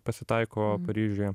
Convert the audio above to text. pasitaiko paryžiuje